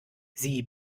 sie